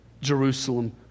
Jerusalem